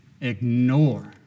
ignore